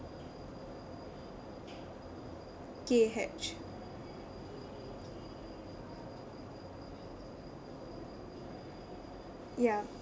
K H ya